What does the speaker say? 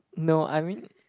no I mean